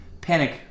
panic